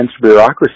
bureaucracy